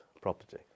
property